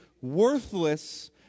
worthless